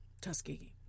Tuskegee